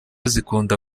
zikunda